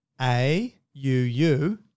A-U-U